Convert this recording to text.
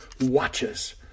watches